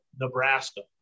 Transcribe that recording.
Nebraska